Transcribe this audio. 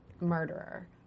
murderer